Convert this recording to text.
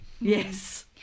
Yes